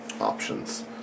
options